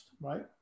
right